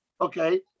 okay